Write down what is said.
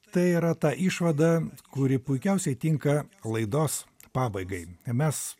tai yra ta išvada kuri puikiausiai tinka laidos pabaigai mes